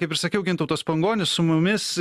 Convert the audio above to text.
kaip ir sakiau gintautas pangonis su mumis